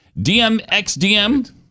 DMXDM